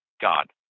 God